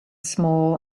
small